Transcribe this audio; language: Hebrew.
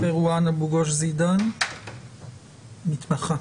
הסעיף שעוסק בפגיעה בקשיש חסר ישע לסעיף שעוסק בפגיעה בקטין חסר